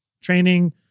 training